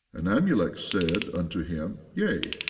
and amulek said unto him yea,